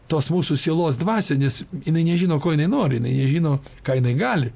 tos mūsų sielos dvasią nes jinai nežino ko jinai nori jinai nežino ką jinai gali